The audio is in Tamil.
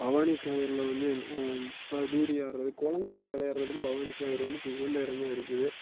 பவானி சாகரில் வந்து இப்போ தூறி ஆட்டுறது குழந்தைகள் விளையாடுறதுக்கு பவானி சாகர் வந்து உகந்த இடமாக இருக்குது